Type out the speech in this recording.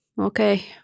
okay